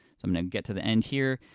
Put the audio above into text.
so i'm gonna get to the end here,